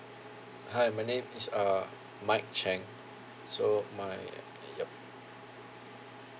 hi my name is uh mike cheng so my yup